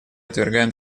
отвергаем